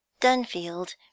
Dunfield